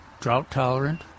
drought-tolerant